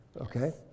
okay